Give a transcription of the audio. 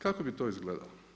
Kako bi to izgledalo?